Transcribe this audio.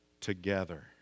together